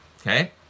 okay